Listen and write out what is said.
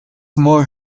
more